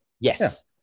Yes